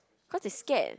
cause they scared